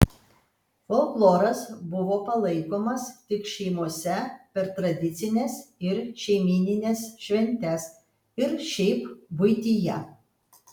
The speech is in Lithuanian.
folkloras buvo palaikomas tik šeimose per tradicines ir šeimynines šventes ir šiaip buityje